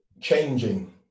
changing